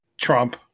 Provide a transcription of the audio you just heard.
Trump